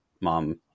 mom